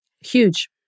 Huge